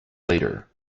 later